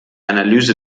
analyse